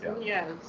Yes